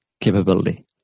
capability